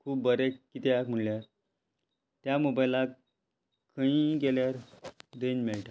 खूब बरे कित्याक म्हणल्यार त्या मोबायलाक खंय गेल्यार रेंज मेळटा